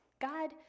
God